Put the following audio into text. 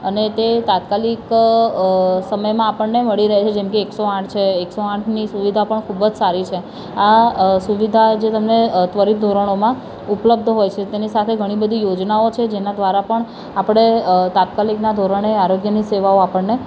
અને તે તાત્કાલિક સમયમાં આપણને મળી રહે છે જેમ કે એકસો આઠ છે એકસો આઠની સુવિધા પણ ખૂબ જ સારી છે આ સુવિધાઓ જે તમને ત્વરિત ધોરણોમાં ઉપલબ્ધ હોય છે તેની સાથે ઘણી બધી યોજનાઓ છે જેનાં દ્વારા પણ આપણે તાત્કાલિકના ધોરણે આરોગ્યની સેવાઓ આપણને